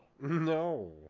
no